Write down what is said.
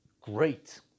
great